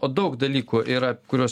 o daug dalykų yra kuriuos